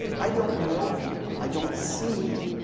i don't know you. i don't see you.